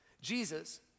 Jesus